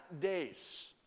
days